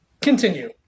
continue